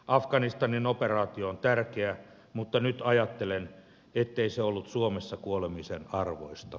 afganistanin operaatio on tärkeä mutta nyt ajattelen ettei se ollut suomessa kuolemisen arvoista